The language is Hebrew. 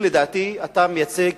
לדעתי, אתה מייצג